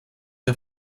der